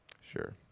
Sure